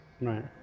Right